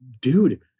dude